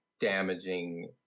damaging